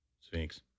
Sphinx